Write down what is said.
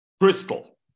Crystal